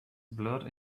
blurred